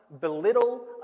belittle